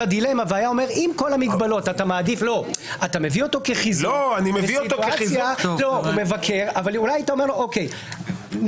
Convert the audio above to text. אתה מביא אותו כחיזוק אבל אם היית אומר לו,